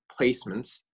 placements